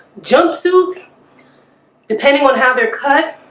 jumpsuits depending on how they're cut